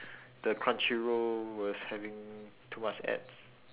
the crunchyroll was having too much ads